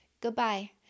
Goodbye